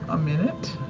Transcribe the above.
a minute.